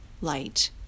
light